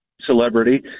celebrity